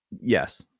yes